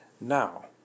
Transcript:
Now